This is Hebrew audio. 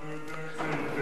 אתה יודע את זה היטב.